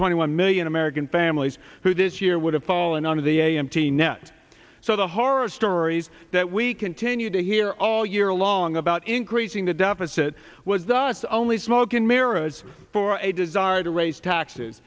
twenty one million american families who this year would have fallen under the a m t next so the horror stories that we continue to hear all year long about increasing the deficit was just only smoke and mirrors for a desire to raise taxes